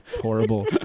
horrible